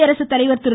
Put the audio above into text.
குடியரசுத்தலைவர் திரு